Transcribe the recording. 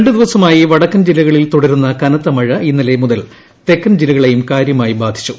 രണ്ട് ദിവസമായി വടക്കൻ ജില്ലകളിൽ തുടരുന്ന കനത്ത മഴ ഇന്നലെ മുതൽ തെക്കൻ ജില്ലകളെയും കാര്യമായി ബാധിച്ചു